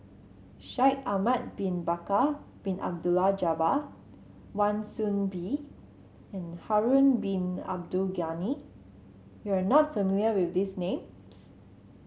Shaikh Ahmad Bin Bakar Bin Abdullah Jabbar Wan Soon Bee and Harun Bin Abdul Ghani you are not familiar with these names